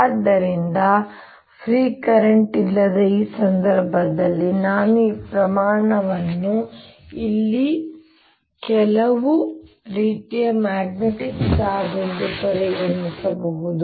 ಆದ್ದರಿಂದ free current ಇಲ್ಲದ ಈ ಸಂದರ್ಭದಲ್ಲಿ ನಾನು ಈ ಪ್ರಮಾಣವನ್ನು ಇಲ್ಲಿ ಕೆಲವು ರೀತಿಯ ಮ್ಯಾಗ್ನೆಟಿಕ್ ಚಾರ್ಜ್ ಎಂದು ಪರಿಗಣಿಸಬಹುದು